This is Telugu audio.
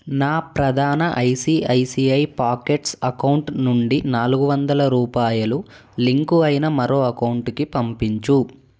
నా ప్రధాన ఐసిఐసిఐ ప్యాకెట్స్ అకౌంట్ నుండి నాలుగు వందల రూపాయలు లింకు అయిన మరో అకౌంటుకి పంపించు